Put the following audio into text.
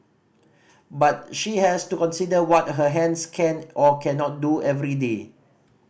but she has to consider what her hands can or cannot do every day